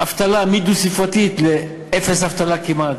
מאבטלה דו-ספרתית לאפס אבטלה כמעט,